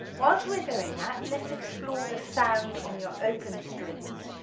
whilst we're doing that let's explore the sound on your open strings,